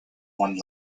one